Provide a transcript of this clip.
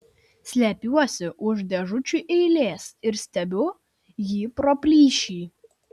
slepiuosi už dėžučių eilės ir stebiu jį pro plyšį